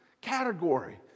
category